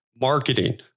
marketing